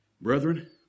Brethren